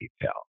detail